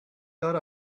got